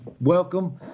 welcome